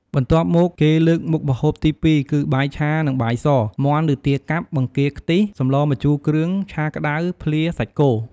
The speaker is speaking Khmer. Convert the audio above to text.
បន្ទាប់់មកគេលើកមុខម្ហូបទី២គឺ បាយឆានិងបាយស មាន់ឬទាកាប់ បង្គាខ្ទិះ សម្លរម្ជូរគ្រឿង ឆាក្តៅ ភ្លាសាច់គោ ។